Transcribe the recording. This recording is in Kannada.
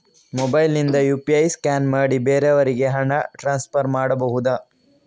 ಮೊಬೈಲ್ ನಿಂದ ಯು.ಪಿ.ಐ ಸ್ಕ್ಯಾನ್ ಮಾಡಿ ಬೇರೆಯವರಿಗೆ ಹಣ ಟ್ರಾನ್ಸ್ಫರ್ ಮಾಡಬಹುದ?